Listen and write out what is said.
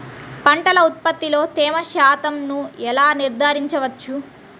పంటల ఉత్పత్తిలో తేమ శాతంను ఎలా నిర్ధారించవచ్చు?